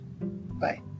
Bye